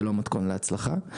זה לא מתכון להצלחה.